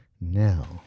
Now